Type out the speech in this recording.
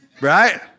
Right